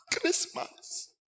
Christmas